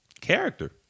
character